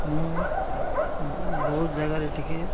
ମୁଁ ବହୁତ ଜାଗାରେ ଟିକେ